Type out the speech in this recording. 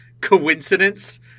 Coincidence